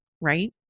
Right